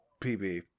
pb